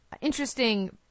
interesting